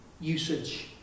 usage